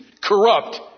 corrupt